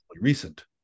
recent